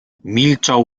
milczał